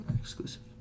Exclusive